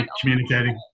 communicating